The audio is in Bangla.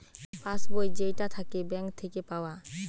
পাস্ বই যেইটা থাকে ব্যাঙ্ক থাকে পাওয়া